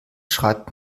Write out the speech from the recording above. schreibt